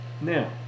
Now